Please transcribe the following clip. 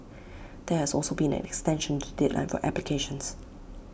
there has also been an extension to the deadline for applications